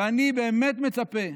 ואני באמת מצפה,